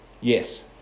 Yes